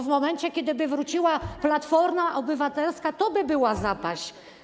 W momencie, gdyby wróciła Platforma Obywatelska, toby była zapaść.